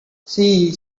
see